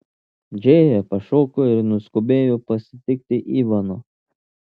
džėja pašoko ir nuskubėjo pasitikti ivano